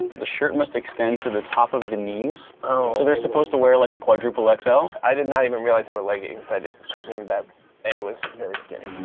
the shirt must extend to the top of the knees? so they're supposed to wear like a quadruple xl? like so i did not even realize they were leggings. i just presumed that a was very skinny.